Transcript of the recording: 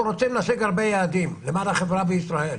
אנחנו רוצים להשיג הרבה יעדים למען החברה בישראל,